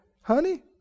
honey